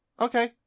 Okay